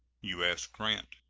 u s. grant.